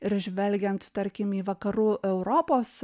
ir žvelgiant tarkim į vakarų europos